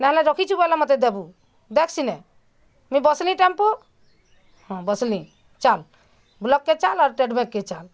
ନାଇଁ ହେଲେ ରଖିଛୁ ବୋଲେ ମୋତେ ଦେବୁ ଦେଖ୍ ସିନେ ମୁଇଁ ବସଲି ଟେମ୍ପୁ ହଁ ବଁସଲି ଚାଲ୍ ବ୍ଲକ୍ କେ ଚାଲ୍ ଆର୍ ଷ୍ଟେଟ୍ ବ୍ୟାଙ୍କ୍ କେ ଚାଲ୍